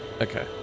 okay